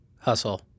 hustle